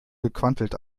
gequantelt